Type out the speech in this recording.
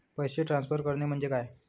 पैसे ट्रान्सफर करणे म्हणजे काय?